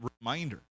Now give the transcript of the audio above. reminder